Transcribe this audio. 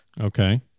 Okay